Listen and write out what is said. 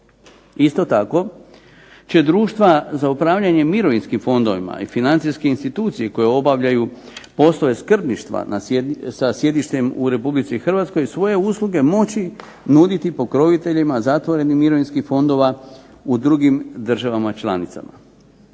Isto tako će društva za upravljanje mirovinskim fondovima i financijske institucije koje obavljaju poslove skrbništva sa sjedištem u Republici Hrvatskoj svoje usluge moći nuditi pokroviteljima zatvorenih mirovinskih fondova u drugim državama članicama.